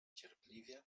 cierpliwie